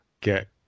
get